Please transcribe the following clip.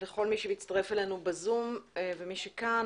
לכל מי שמצטרף אלינו בזום ומי שכאן,